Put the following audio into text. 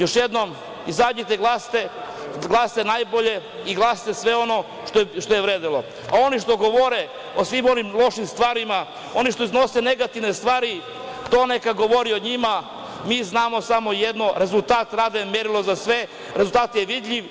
Još jednom, izađite, glasajte, glasajte za najbolje i glasajte sve ono što je vredelo, a oni koji govore o svim onim lošim stvarima, oni što iznose negativne stvari, to neka govori o njima, mi znamo samo jedno, rezultat rada je merilo za sve, rezultat je vidljiv.